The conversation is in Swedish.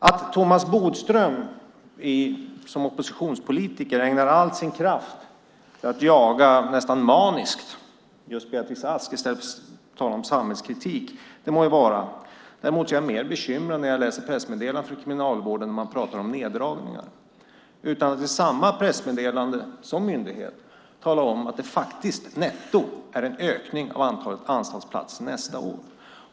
Att Thomas Bodström som oppositionspolitiker ägnar all sin kraft åt att nästan maniskt jaga just Beatrice Ask i stället för att tala om samhällskritik må vara. Däremot är jag bekymrad när jag läser pressmeddelandet från Kriminalvården, där man pratar om neddragningar utan att i samma pressmeddelande som myndighet tala om att det faktiskt netto sker en ökning av antalet anstaltsplatser nästa år.